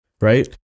right